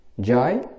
Joy